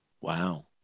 wow